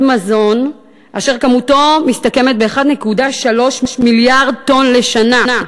מזון אשר כמותו מסתכמת ב-1.3 מיליארד טונות לשנה.